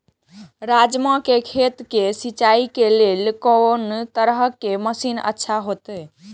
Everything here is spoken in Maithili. राजमा के खेत के सिंचाई के लेल कोन तरह के मशीन अच्छा होते?